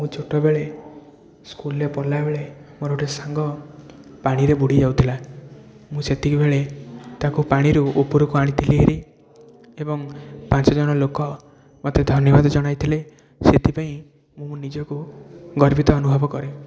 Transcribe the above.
ମୁଁ ଛୋଟବେଳେ ସ୍କୁଲରେ ପଢ଼ିଲା ବେଳେ ମୋର ଗୋଟେ ସାଙ୍ଗ ପାଣିରେ ବୁଡ଼ିି ଯାଉଥିଲା ମୁଁ ସେତିକି ବେଳେ ତାକୁ ପାଣିରୁ ଉପରକୁ ଆଣିଥିଲି ହେରି ଏବଂ ପାଞ୍ଚଜଣ ଲୋକ ମୋତେ ଧନ୍ୟବାଦ ଜଣାଇଥିଲେ ସେଇଥିପାଇଁ ମୁଁ ମୋ ନିଜକୁ ଗର୍ବିତ ଅନୁଭବ କରେ